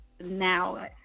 now